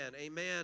Amen